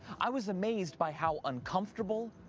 i was amazed by how uncomfortable,